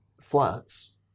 Flats